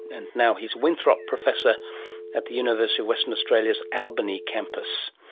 and now he is winthrop professor at the university of western australia's albany campus.